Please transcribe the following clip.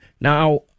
Now